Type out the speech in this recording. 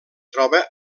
troba